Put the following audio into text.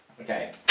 Okay